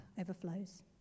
overflows